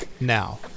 now